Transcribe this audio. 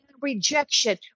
rejection